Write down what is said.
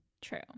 True